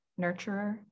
nurturer